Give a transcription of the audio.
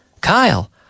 Kyle